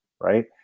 Right